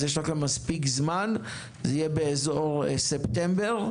יש לכם מספיק זמן, זה יהיה באזור ספטמבר.